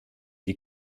die